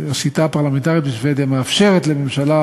השיטה הפרלמנטרית בשבדיה מאפשרת לממשלה